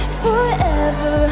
forever